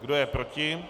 Kdo je proti?